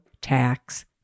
tax